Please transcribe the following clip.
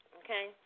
okay